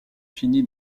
fini